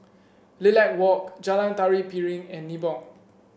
Lilac Walk Jalan Tari Piring and Nibong